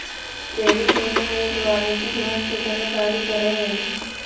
credit union एक वाणिज्यिक bank के तरह कार्य करऽ हइ